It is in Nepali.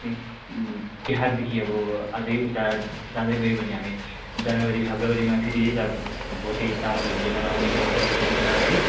अनि तिहारदेखि अब अझ उता जाँदै गयो भने हामी जनवरी फेब्रुअरीमा फेरि यता अब भोटे तामाङहरूले मनाउने ल्होसारहरू पनि छ है